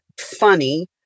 funny